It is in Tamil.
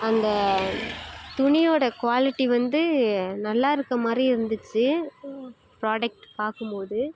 அந்த துணியோடய குவாலிட்டி வந்து நல்லா இருக்கற மாதிரி இருந்துச்சி ப்ராடக்ட் பார்க்கும்போது